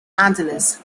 angeles